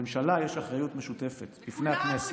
לממשלה יש אחריות משותפת, לפני הכנסת.